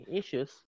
issues